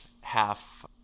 half